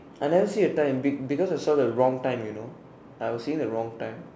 I never see the time be because they told the wrong time you know I seeing the wrong time